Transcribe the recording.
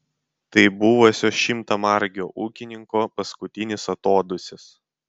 tai buvusio šimtamargio ūkininko paskutinis atodūsis